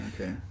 okay